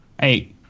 hey